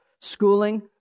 schooling